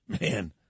Man